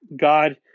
God